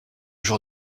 jour